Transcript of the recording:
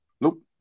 Nope